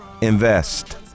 Invest